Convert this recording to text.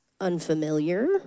unfamiliar